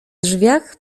drzwiach